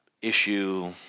issue